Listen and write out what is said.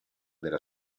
della